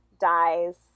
dies